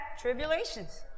tribulations